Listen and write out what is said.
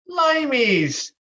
limeys